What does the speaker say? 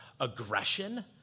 aggression